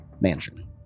mansion